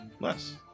Less